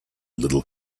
little